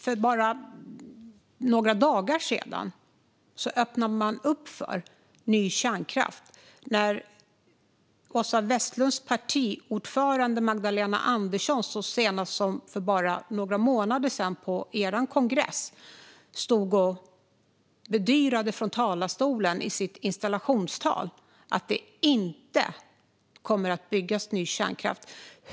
För bara några dagar sedan öppnade man upp för ny kärnkraft. Men Åsa Westlunds partiordförande, Magdalena Andersson, bedyrade från talarstolen under sitt installationstal på Socialdemokraternas kongress så sent som för bara några månader sedan att det inte kommer att byggas ny kärnkraft.